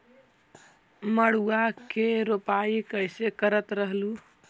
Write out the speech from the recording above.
मड़उआ की रोपाई कैसे करत रहलू?